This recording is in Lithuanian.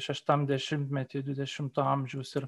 šeštam dešimtmety dvidešimto amžiaus ir